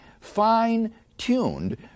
fine-tuned